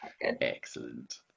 excellent